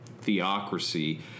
theocracy